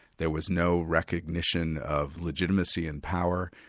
there was no recognition of legitimacy in power.